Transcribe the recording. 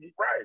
right